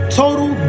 total